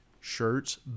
shirts